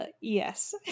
yes